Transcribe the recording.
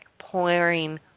pouring